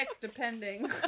depending